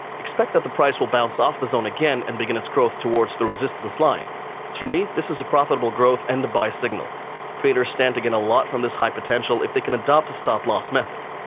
expect that the price will bounce off the zone again and begin its growth towards the resistance line. so for me, this is a profitable growth and the buy signal traders stand to gain a lot from this high potential if they can adopt a stop loss method.